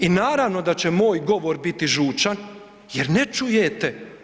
I naravno da će moj govor biti žučan jer ne čujete.